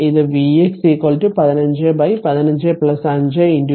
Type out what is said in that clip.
ഇത് vx 1515 5 v v 10 e 2